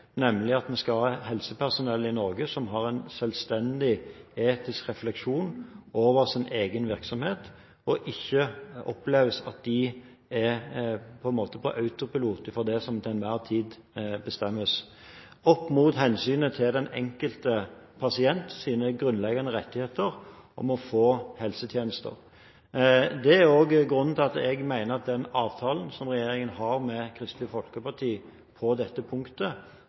nemlig at vi skal ha helsepersonell i Norge som har en selvstendig etisk refleksjon over sin egen virksomhet og ikke opplever at de er på autopilot for det som til enhver tid bestemmes – opp mot hensynet til den enkelte pasients grunnleggende rettigheter om å få helsetjenester. Det er også grunnen til at jeg mener at den avtalen som regjeringen har med Kristelig Folkeparti på dette punktet,